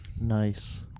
Nice